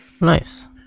Nice